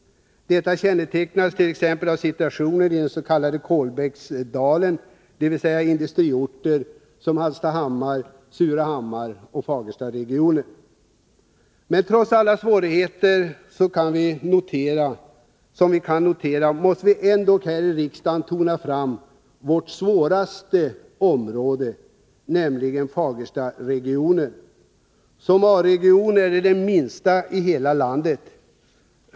Detta kännetecknar t.ex. situationen i den s.k. Kolbäcksdalen, dvs. industriorter som Hallstahammar och Surahammar och Fagerstaregionen. Trots alla svårigheter som vi kan notera måste vi ändock här i riksdagen tona fram vårt svåraste område, nämligen Fagerstaregionen. Den är som A-region den minsta i hela landet.